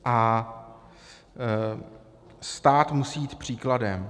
A stát musí jít příkladem.